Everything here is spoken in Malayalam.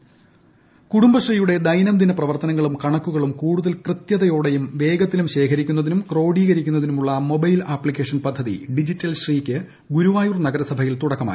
ഡിജിറ്റൽ ശ്രീ കുടുംബശ്രീയുടെ ദൈനംദിന് പ്രവ്ർത്തനങ്ങളും കണക്കുകളും കൂടുതൽ കൃത്യതയോടെയും വേഗത്തിലും ശേഖരിക്കുന്നതിനും ക്രോഡീകരിക്കുന്നതിന്റുമുള്ള മൊബൈൽ ആപ്ലിക്കേഷൻ പദ്ധതി ഡിജിറ്റൽ ശ്രീ യ്ക്ക് ഗുരുവായൂർ നഗരസഭയിൽ തുടക്കമായി